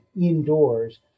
indoors